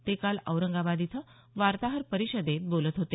ते काल औरंगाबाद इथं वार्ताहर परिषदेत बोलत होते